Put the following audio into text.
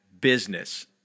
business